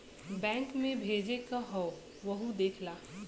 bank मे भेजे क हौ वहु देख ला